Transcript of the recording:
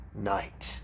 night